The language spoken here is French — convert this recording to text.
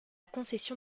concession